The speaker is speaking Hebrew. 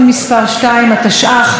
ומי נגד?